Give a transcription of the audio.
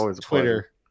Twitter